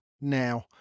now